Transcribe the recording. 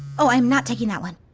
oh i am not taking that one.